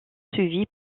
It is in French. suivi